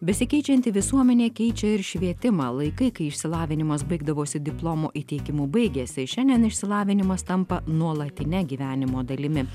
besikeičianti visuomenė keičia ir švietimą laikai kai išsilavinimas baigdavosi diplomo įteikimu baigėsi šiandien išsilavinimas tampa nuolatine gyvenimo dalimi